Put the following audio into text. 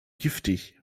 giftig